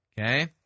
Okay